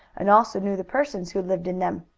and also knew the persons who lived in them.